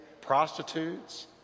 prostitutes